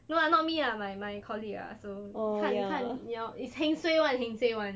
no lah not me lah my my colleague ah so 你看你看你要 heng suay [one] heng suay [one]